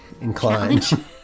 inclined